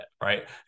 Right